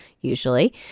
usually